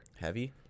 Heavy